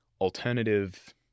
alternative